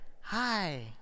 Hi